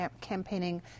campaigning